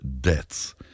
deaths